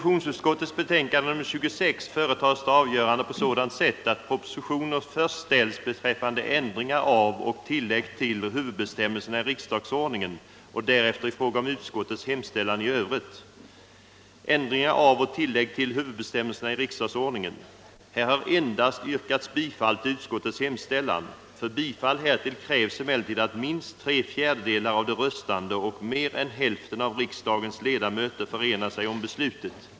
I detta betänkande föreslår utskottet ändringar i huvudbestämmelser i riksdagsordningen samt införande av ny huvudbestämmelse däri genom ett enda beslut. För bifall till utskottets hemställan krävs att minst tre fjärdedelar av de röstande och mer än hälften av riksdagens ledamöter förenar sig om beslutet.